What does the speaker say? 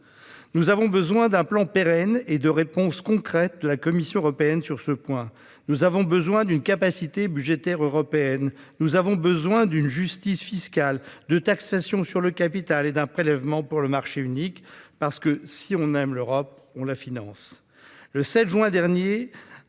Nous avons besoin d'un plan pérenne et de réponses concrètes de la Commission européenne sur ce point. Nous avons besoin d'une capacité budgétaire européenne. Nous avons besoin de justice fiscale, de taxation sur le capital et d'un prélèvement pour le marché unique, parce que, si l'on aime l'Europe, on la finance ! Le 8 juin dernier,